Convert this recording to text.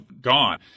gone